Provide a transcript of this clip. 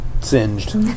Singed